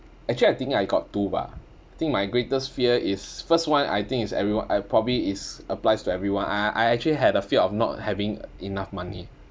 actually I think I got two bah I think my greatest fear is first one I think is everyone I probably is applies to everyone I I actually had a fear of not having enough money